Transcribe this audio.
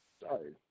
Sorry